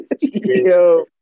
Yo